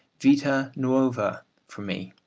vita nuova for me.